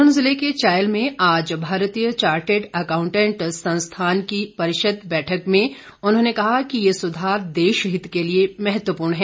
सोलन जिले के चायल में आज भारतीय चार्टर्ड अकाउंटेंट संस्थान की परिषद बैठक में उन्होंने कहा कि ये सुधार देशहित के लिए महत्वपूर्ण है